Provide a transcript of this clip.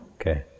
Okay